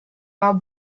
war